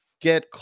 get